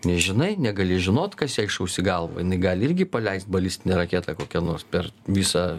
nežinai negali žinot kas jai šaus į galvą jinai gali irgi paleist balistinę raketą kokią nors per visą